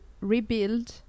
rebuild